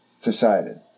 decided